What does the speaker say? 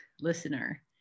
listener